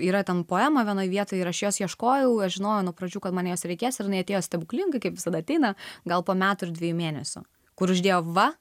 yra tam poema vienoj vietoj ir aš jos ieškojau aš žinojau nuo pradžių kad man jos reikės ir jinai atėjo stebuklingai kaip visada ateina gal po metų ir dviejų mėnesių kur uždėjo va